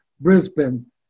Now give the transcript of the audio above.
Brisbane